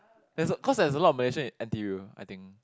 there's cause there's a lot of Malaysian in N_T_U I think